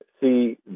see